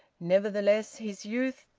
nevertheless his youth,